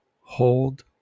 hold